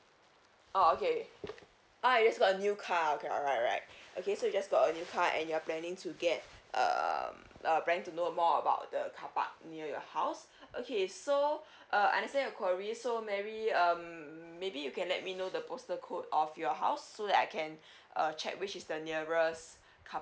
oh okay ah you just got a new car okay alright alright okay so you just got a new car and you're planning to get um planning to know more about the carpark near your house okay so uh I understand your queries so mary um maybe you can let me know the postal code of your house so that I can uh check which is the nearest car